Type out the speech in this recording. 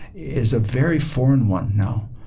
is a very foreign one now.